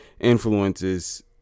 influences